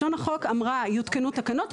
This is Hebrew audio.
לשון החוק אמרה "יותקנו תקנות",